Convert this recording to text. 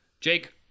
Jake